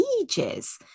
ages